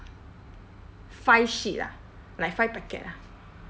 five sheet ah like five packet ah